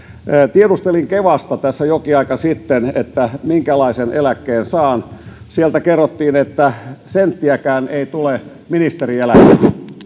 tiedustelin kevasta tässä jokin aika sitten minkälaisen eläkkeen saan sieltä kerrottiin että senttiäkään ei tule ministerieläkettä